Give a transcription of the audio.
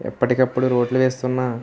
ఎప్పటికప్పుడు రోడ్లు వేస్తున్నా